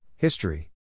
History